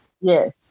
Yes